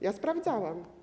Ja sprawdzałam.